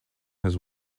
his